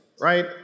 right